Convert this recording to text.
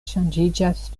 ŝanĝiĝas